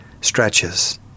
stretches